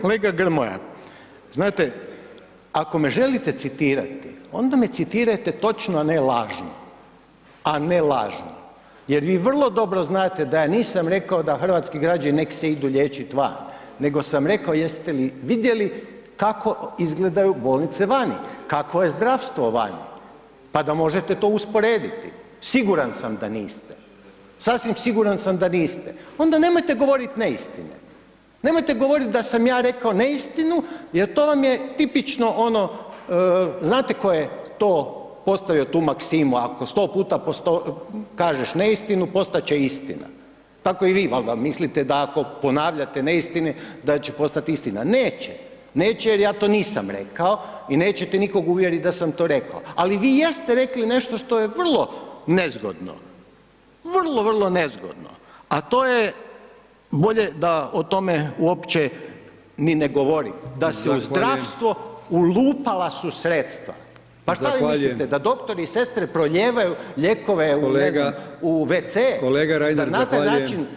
Kolega Grmoja, znate ako me želite citirati onda me citirajte točno, a ne lažno, a ne lažno, jer vi vrlo dobro znate da ja nisam rekao da hrvatski građani nek se idu liječit van, nego sam rekao jeste li vidjeli kako izgledaju bolnice vani, kakvo je zdravstvo vani, pa da možete to usporediti, siguran sam da niste, sasvim siguran sam da niste, onda nemojte govorit neistine, nemojte govorit da sam ja rekao neistinu jer to vam je tipično ono znate tko je to, postavio tu maksimu, ako 100 puta po 100 kažeš neistinu, postat će istina, tako i vi valda mislite da ako ponavljate neistine da će postat istina, neće, neće jer ja to nisam rekao i nećete nikog uvjerit da sam to rekao, al vi jeste rekli nešto što je vrlo nezgodno, vrlo, vrlo nezgodno, a to je bolje da o tome uopće ni ne govorim [[Upadica: Zahvaljujem]] da se u zdravstvo ulupala su sredstva [[Upadica: Zahvaljujem]] pa šta vi mislite da doktori i sestre prolijevaju lijekove u [[Upadica: Kolega]] ne znam wc [[Upadica: Kolega Reiner zahvaljujem]] jer na taj način se ponašate.